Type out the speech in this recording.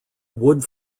wood